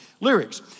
lyrics